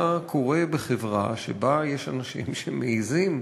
מה קורה בחברה שבה יש אנשים שמעזים,